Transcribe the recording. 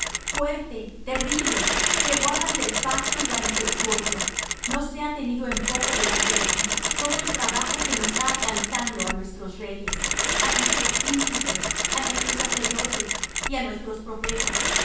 fuerte terrible que guardas el pacto y la misericordia no sea tenido en poco delante de ti todo el trabajo que nos ha alcanzando á nuestros reyes á nuestros príncipes á nuestros sacerdotes y á nuestros profetas